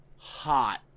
hot